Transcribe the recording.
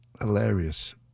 Hilarious